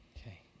Okay